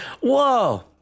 whoa